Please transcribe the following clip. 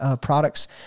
products